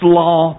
law